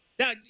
Now